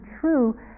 true